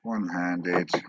One-handed